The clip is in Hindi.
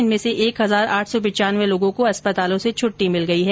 इनमें से एक हजार आठ सौ पिच्यानवें लोगों को अस्पतालों से छुट्टी मिल गई है